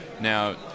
Now